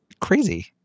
crazy